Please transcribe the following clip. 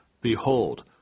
Behold